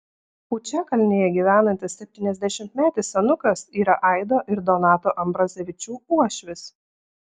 pučiakalnėje gyvenantis septyniasdešimtmetis senukas yra aido ir donato ambrazevičių uošvis